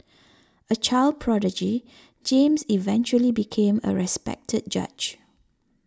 a child prodigy James eventually became a respected judge